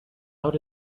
out